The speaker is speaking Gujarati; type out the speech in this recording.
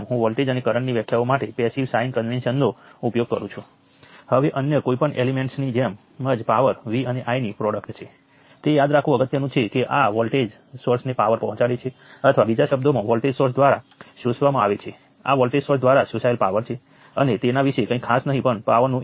ચાલો આપણે ફરીથી આ જ સર્કિટ ઉપર વિચાર કરીએ હું આ ઉદાહરણ દિશામાં i 1 i 2 i 6 i 3 i 4 i 5 i 7 i 8 label કરીશ તેનાથી કોઈ ફરક પડતો નથી